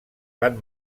van